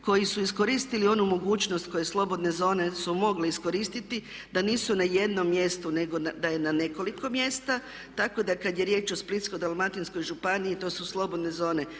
koji su iskoristili onu mogućnost koju slobodne zone su mogle iskoristiti da nisu na jednom mjestu nego da je na nekoliko mjesta. Tako da kad je riječ o Splitsko-dalmatinskoj županiji to su slobodne zone